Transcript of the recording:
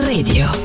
Radio